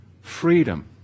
Freedom